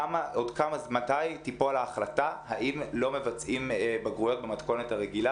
מתי תיפול ההחלטה האם לא מבצעים בגרויות במתכונת הרגילה